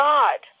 God